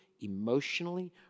emotionally